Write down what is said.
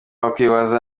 wakwibaza